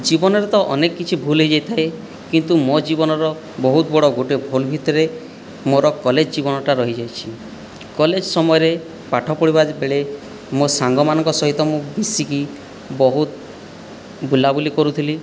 ଜୀବନରେ ତ ଅନେକ କିଛି ଭୁଲ୍ ହୋଇଯାଇଥାଏ କିନ୍ତୁ ମୋ' ଜୀବନର ବହୁତ ବଡ଼ ଗୋଟିଏ ଭୁଲ୍ ଭିତରେ ମୋର କଲେଜ ଜୀବନଟା ରହିଯାଇଛି କଲେଜ ସମୟରେ ପାଠପଢ଼ିବା ବେଳେ ମୋ' ସାଙ୍ଗମାନଙ୍କ ସହିତ ମୁଁ ମିଶିକି ବହୁତ ବୁଲାବୁଲି କରୁଥିଲି